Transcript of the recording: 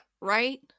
right